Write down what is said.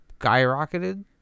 skyrocketed